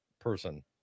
person